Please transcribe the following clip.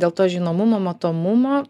dėl to žinomumo matomumo